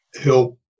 help